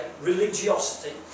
Religiosity